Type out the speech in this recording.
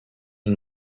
and